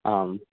आम्